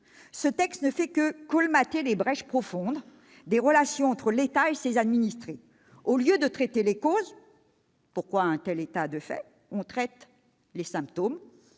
ce texte ne fait que colmater les brèches profondes dans les relations entre l'État et ses administrés. Au lieu de traiter les causes- pourquoi un tel état de fait ? -on traite les symptômes-